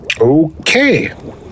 Okay